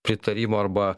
pritarimo arba